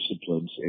disciplines